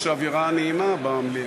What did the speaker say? יש אווירה נעימה במליאה.